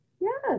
Yes